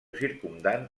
circumdant